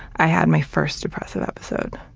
i had my first depressive episode.